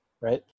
right